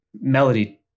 Melody